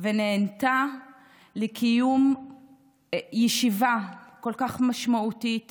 ונענתה לקיום ישיבה כל כך משמעותית